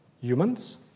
Humans